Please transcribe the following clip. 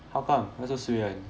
how come why so suay [one]